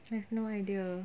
I have no idea